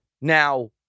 Now